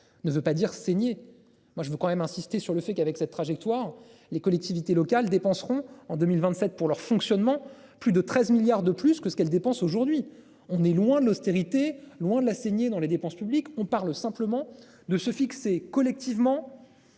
ne veut pas dire saigner. Moi je veux quand même insister sur le fait qu'avec cette trajectoire. Les collectivités locales dépenseront en 2027 pour leur fonctionnement. Plus de 13 milliards de plus que ce qu'elles dépensent aujourd'hui, on est loin de l'austérité, loin de la saignée dans les dépenses publiques, on parle simplement de se fixer collectivement.